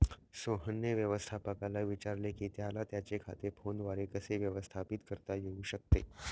सोहनने व्यवस्थापकाला विचारले की त्याला त्याचे खाते फोनद्वारे कसे व्यवस्थापित करता येऊ शकते